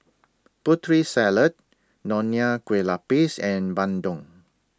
Putri Salad Bonya Kueh Lapis and Bandung